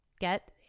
get